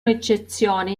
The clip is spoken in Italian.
eccezione